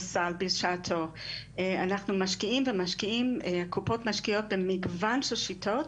בוקר טוב לכולם, בוקר טוב למי שנמצא איתנו בזום.